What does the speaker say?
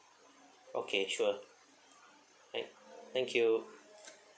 okay sure thank thank you